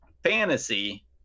fantasy